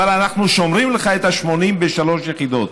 אבל אנחנו שומרים לך את ה-80 בשלוש יחידות.